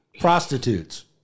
Prostitutes